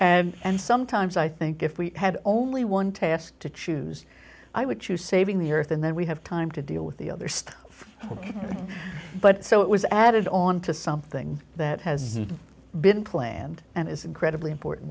earth and sometimes i think if we had only one task to choose i would choose saving the earth and then we have time to deal with the other stuff but so it was added on to something that has been planned and is incredibly important